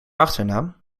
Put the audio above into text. achternaam